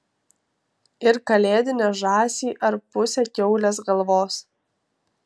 ir kalėdinę žąsį ar pusę kiaulės galvos